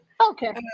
Okay